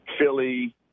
Philly